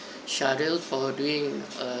sharil for a~